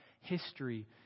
history